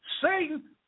Satan